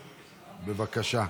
בבקשה,